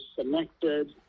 connected